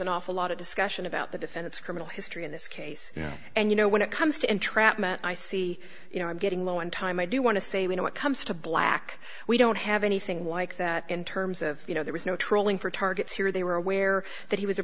an awful lot of discussion about the defendants criminal history in this case and you know when it comes to entrapment i see you know i'm getting low in time i do want to say when it comes to black we don't have anything like that in terms of you know there was no trolling for targets here they were aware that he was a